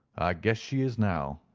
guess she is now,